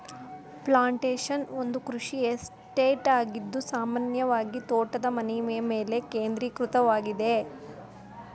plantation ಒಂದು ಕೃಷಿ estate ಆಗಿದ್ದು ಸಾಮಾನ್ಯವಾಗಿತೋಟದ ಮನೆಯಮೇಲೆ ಕೇಂದ್ರೀಕೃತವಾಗಿದೆ